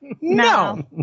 No